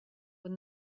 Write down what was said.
when